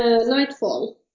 Nightfall